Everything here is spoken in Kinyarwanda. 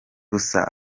gusa